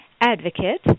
advocate